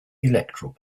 electoral